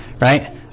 right